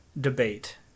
debate